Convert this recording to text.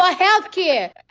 ah health care